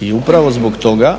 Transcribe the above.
I upravo zbog toga